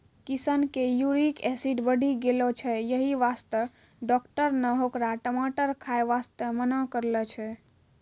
किशन के uric acid बढ़ी गेलो छै यही वास्तॅ डाक्टर नॅ होकरा टमाटर खाय वास्तॅ मना करनॅ छै